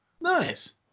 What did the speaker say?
nice